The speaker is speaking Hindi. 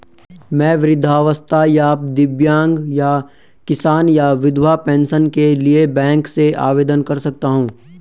मैं वृद्धावस्था या दिव्यांग या किसान या विधवा पेंशन के लिए बैंक से आवेदन कर सकता हूँ?